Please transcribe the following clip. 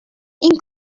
این